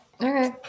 Okay